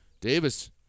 Davis